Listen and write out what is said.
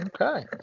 Okay